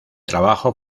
trabajo